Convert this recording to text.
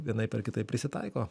vienaip ar kitaip prisitaiko